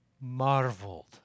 marveled